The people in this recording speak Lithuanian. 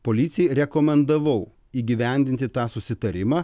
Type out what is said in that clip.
policijai rekomendavau įgyvendinti tą susitarimą